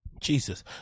jesus